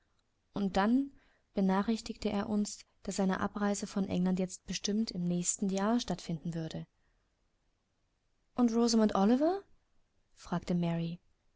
und dann benachrichtigte er uns daß seine abreise von england jetzt bestimmt im nächsten jahre stattfinden würde und rosamond oliver fragte mary